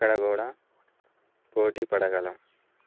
అక్కడ కూడా పోటీ పడగలం